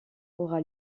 aura